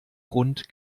grund